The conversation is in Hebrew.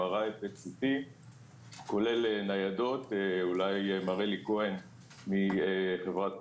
אבל אולי קרולין תוכל להרחיב.